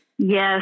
Yes